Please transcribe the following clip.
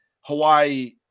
Hawaii